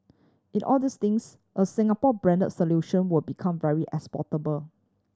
it all these things a Singapore brand solution will be come very exportable